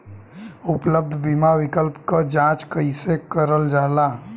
उपलब्ध बीमा विकल्प क जांच कैसे कइल जाला?